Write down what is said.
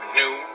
new